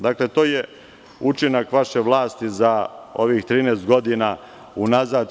Dakle, to je učinak vaše vlasti za ovih 13 godina unazad.